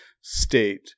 state